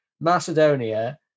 Macedonia